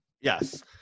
Yes